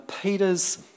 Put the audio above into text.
Peter's